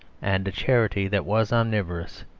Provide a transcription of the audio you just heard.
and a charity that was omnivorous,